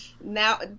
Now